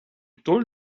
told